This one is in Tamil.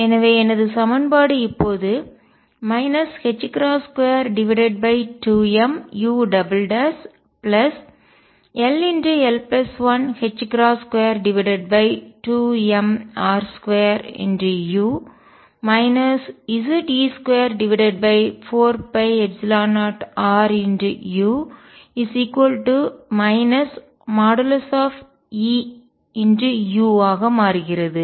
எனவே எனது சமன்பாடு இப்போது 22mull122mr2u Ze24π0ru |E|u ஆக மாறுகிறது